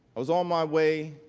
was on my way